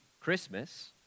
Christmas